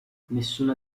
nessuna